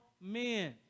men